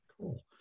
Cool